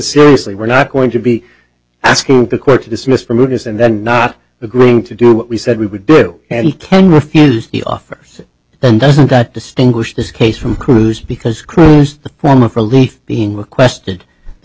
seriously we're not going to be asking the court to dismiss for movies and then not agreeing to do what we said we would do and you can refuse the offers then doesn't that distinguish this case from cruz because cruz the form of relief being requested the